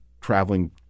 traveling